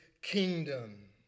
kingdom